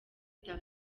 tuff